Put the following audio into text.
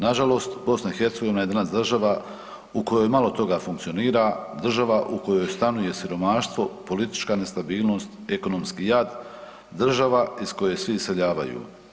Nažalost BiH je danas država u kojoj malo toga funkcionira, država u kojoj stanuje siromaštvo, politička nestabilnost, ekonomski jad, država iz koje svi iseljavaju.